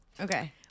okay